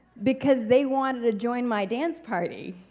because they want to join my dance party.